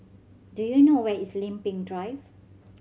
do you know where is Lempeng Drive